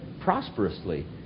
prosperously